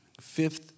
Fifth